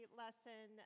lesson